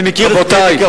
אני מכיר את זה מקרוב,